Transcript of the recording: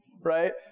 right